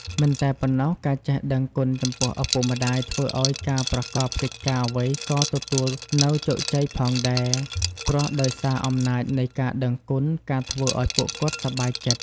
មិនតែប៉ុណ្ណោះ ការចេះដឹងគុណចំពោះឪពុកម្ដាយធ្វើឲ្យការប្រកបកិច្ចការអ្វីក៏ទទួលនៅជោគជ័យផងដែរ ព្រោះដោយសារអំណាចនៃការដឹងគុណការធ្វើឲ្យពួកគាត់សប្បាយចិត្ត។